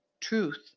truth